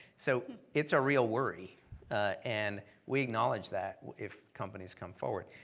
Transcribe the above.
so it's a real worry and we acknowledge that if companies come forward.